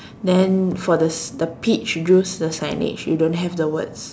then for the the peach juice the signage you don't have the words